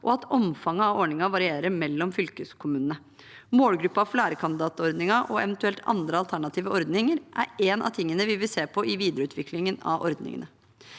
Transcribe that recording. og at omfanget av ordningen varierer mellom fylkeskommunene. Målgruppen for lærekandidatordningen og eventuelt andre alternative ordninger er en av tingene vi vil se på i videreutviklingen av ordningene.